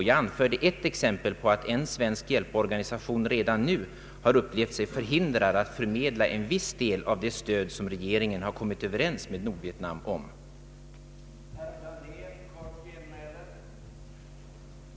Jag anförde ett exempel på att en svensk hjälporganisation nu har uppgivit sig vara förhindrad att förmedla en viss del av det stöd som regeringen har kommit överens med Nordvietnam om. Då kan det vara bra att ha fler hjälpkanaler.